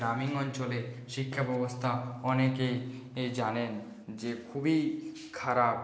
গ্রামীণ অঞ্চলের শিক্ষাব্যবস্থা অনেকেই জানেন যে খুবই খারাপ